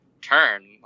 turn